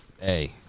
Hey